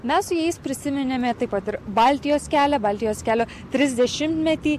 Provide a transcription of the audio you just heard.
mes su jais prisiminėme taip pat ir baltijos kelią baltijos kelio trisdešimtmetį